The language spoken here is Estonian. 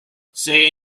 see